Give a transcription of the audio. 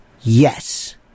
Yes